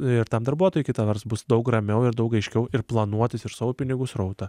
ir tam darbuotojui kita vertus bus daug ramiau ir daug aiškiau ir planuotis ir savo pinigų srautą